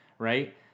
right